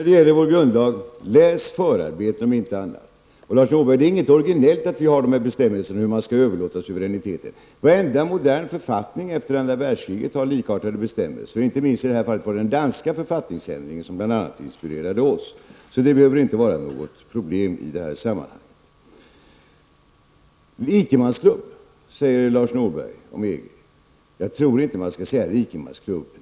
Herr talman! Läs förarbetena till vår grundlag, om inte annat! Det är inget originellt att vi har bestämmelser för hur man skall överlåta suveräniteten. Varenda modern författning efter andra världskriget har likartade bestämmelser. Inte minst var det den danska författningsändringen som inspirerade oss. Så det behöver inte vara något problem i det här sammanhanget. Rikemansklubb, säger Lars Norberg om EG. Jag tror inte att man skall säga rikemansklubb.